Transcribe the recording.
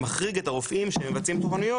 שמחריג את הרופאים שמבצעים תורניות